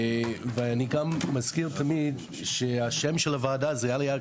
אני גם מזכיר תמיד ששמה של הוועדה הוא: ועדת העלייה,